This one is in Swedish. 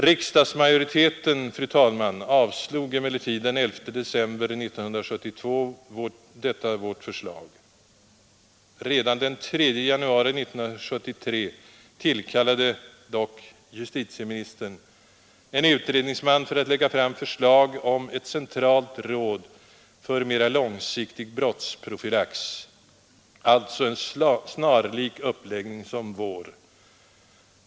Riksdagsmajoriteten avslog den 11 december 1972 vårt förslag. Redan den 3 januari 1973 tillkallade dock justitieministern en utredningsman för att lägga fram förslag om ett centralt råd för mera långsiktig brottsprofylax — alltså en uppläggning snarlik vår.